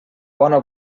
bona